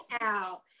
out